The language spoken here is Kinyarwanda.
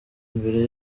mbere